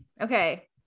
Okay